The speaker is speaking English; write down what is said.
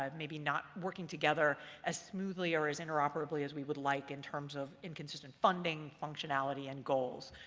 um maybe not working together as smoothly or as interoperably as we would like in terms of inconsistent funding, functionality, and goals.